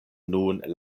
nun